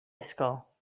ysgol